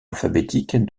alphabétique